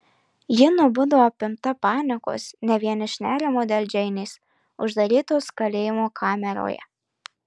ji nubudo apimta panikos ne vien iš nerimo dėl džeinės uždarytos kalėjimo kameroje